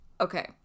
Okay